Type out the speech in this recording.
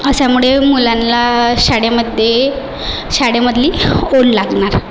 अशामुळे मुलांला शाळेमध्ये शाळेमधली ओढ लागणार